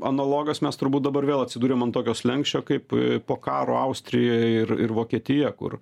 analogas mes turbūt dabar vėl atsiduriam ant tokio slenksčio kaip po karo austrijoj ir ir vokietija kur